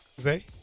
Zay